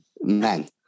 Man